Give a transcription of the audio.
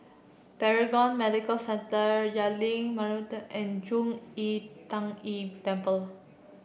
Paragon Medical Centre Jalan Bunga Rampai and Zhong Yi Tan Yi Temple